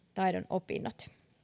opinnot